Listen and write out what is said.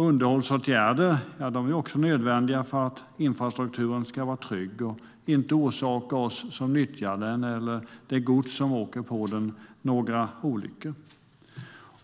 Underhållsåtgärder är också nödvändiga för att infrastrukturen ska vara trygg och inte orsaka oss som nyttjar den eller det gods som fraktas med den några olyckor.